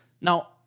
Now